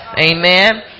Amen